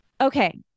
Okay